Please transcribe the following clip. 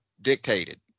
dictated